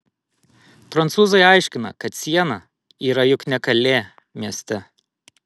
prancūzai aiškina kad siena yra juk ne kalė mieste